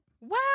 wow